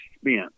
spent